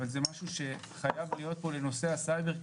אבל זה משהו שחייב להיות פה לנושא הסייבר,